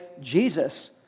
Jesus